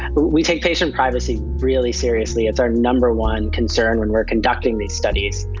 but we take patient privacy really seriously, it's our number one concern when we're conducting these studies.